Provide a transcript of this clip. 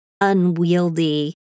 unwieldy